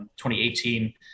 2018